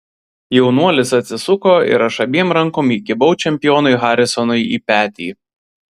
jaunuolis atsisuko ir aš abiem rankom įkibau čempionui harisonui į petį